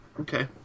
Okay